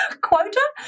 quota